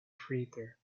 freighter